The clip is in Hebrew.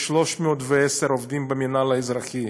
יש 310 עובדים במינהל האזרחי.